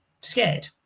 scared